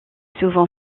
souvent